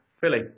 Philly